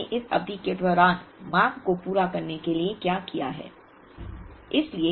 अब मैंने इस अवधि के दौरान मांग को पूरा करने के लिए क्या किया है